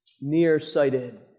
nearsighted